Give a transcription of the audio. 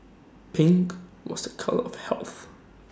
pink was A colour of health